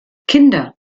kinder